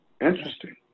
Interesting